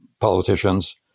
politicians